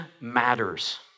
matters